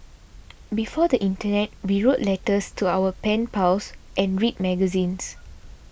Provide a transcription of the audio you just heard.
before the internet we wrote letters to our pen pals and read magazines